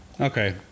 Okay